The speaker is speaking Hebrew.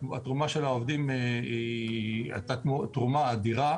התרומה של העובדים היא תרומה אדירה.